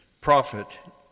prophet